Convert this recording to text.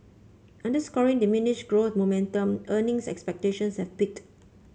underscoring diminished growth momentum earning expectations have peaked